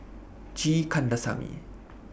G Kandasamy